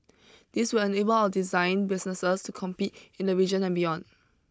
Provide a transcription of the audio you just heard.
this will enable our design businesses to compete in the region and beyond